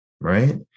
Right